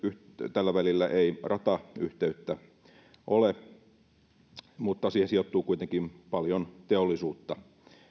tällä välillä ei ratayhteyttä ole mutta siihen sijoittuu kuitenkin paljon teollisuutta